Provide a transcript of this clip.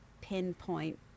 pinpoint